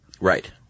Right